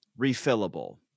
refillable